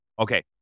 Okay